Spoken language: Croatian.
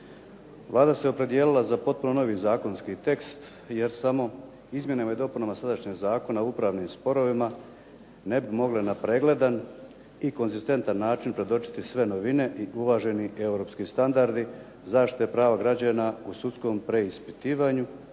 Vlada se opredijelila za potpuno novi zakonski tekst jer samo izmjenama i dopunama sadašnjeg Zakona o upravnim sporovima ne bi mogla na pregledan i konzistentan predočiti sve novine i uvaženi europski standardi zaštite prava građana u sudskom preispitivanju